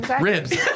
ribs